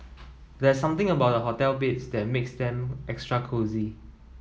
there's something about hotel beds that makes them extra cosy